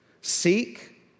Seek